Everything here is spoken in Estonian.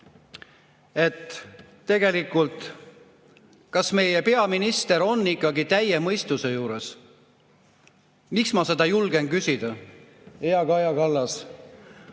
siin arvamust, kas meie peaminister on ikkagi täie mõistuse juures. Miks ma seda julgen küsida? Hea Kaja Kallas,